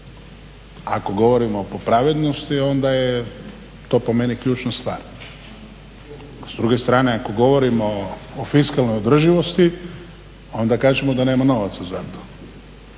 Ako govorimo po pravednosti onda je to po meni ključna stvar. S druge strane ako govorimo o fiskalnoj održivosti onda kažemo da nema novaca za to.